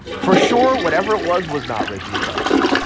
for sure whatever it was was not racially charged.